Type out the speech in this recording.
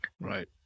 right